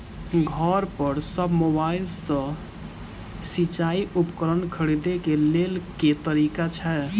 घर पर सऽ मोबाइल सऽ सिचाई उपकरण खरीदे केँ लेल केँ तरीका छैय?